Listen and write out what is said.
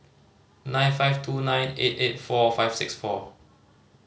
nine five two nine eight eight four five six four